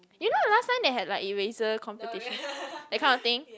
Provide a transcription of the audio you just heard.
you know last time they had like eraser competition that kind of thing